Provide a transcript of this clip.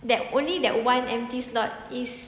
that only that one empty slot